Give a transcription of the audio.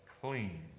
clean